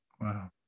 Wow